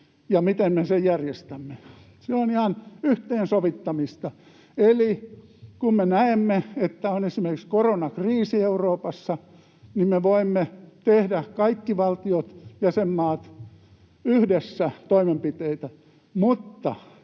ja miten me sen järjestämme. Se on ihan yhteensovittamista. Eli kun me näemme, että on esimerkiksi koronakriisi Euroopassa, niin me voimme tehdä kaikki valtiot, jäsenmaat, yhdessä toimenpiteitä.